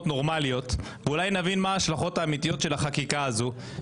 נורמליות ואולי נבין מה ההשלכות האמיתיות של החקיקה הזו.